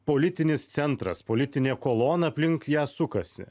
politinis centras politinė kolona aplink ją sukasi